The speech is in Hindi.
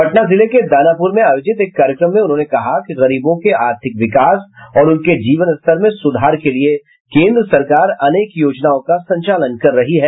पटना जिले के दानापुर में आयोजित एक कार्यक्रम में उन्होंने कहा कि गरीबों के आर्थिक विकास और उनके जीवन स्तर में सुधार के लिए केन्द्र सरकार अनेक योजनाओं का संचालन कर रही है